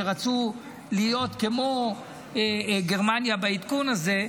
רצו להיות כמו גרמניה בעדכון הזה.